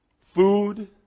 Food